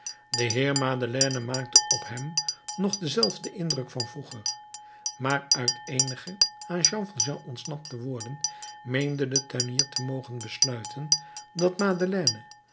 de heer madeleine maakte op hem nog denzelfden indruk van vroeger maar uit eenige aan jean valjean ontsnapte woorden meende de tuinier te mogen besluiten dat madeleine